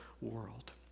world